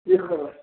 ଇଏ କରିବା